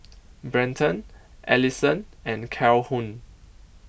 Brenton Alyson and Calhoun